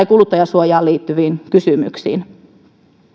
kuluttajansuojaan liittyviin kysymyksiin